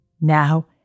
Now